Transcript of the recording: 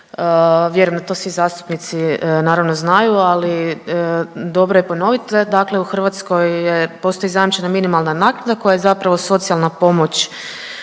vjerojatno to svi zastupnici naravno znaju, ali dobro je ponoviti, dakle u Hrvatskoj postoji zajamčena minimalna naknada koja je zapravo socijalna pomoć